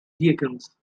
deacons